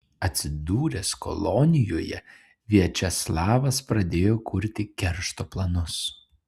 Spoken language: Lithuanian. atsidūręs kolonijoje viačeslavas pradėjo kurti keršto planus